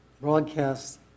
broadcast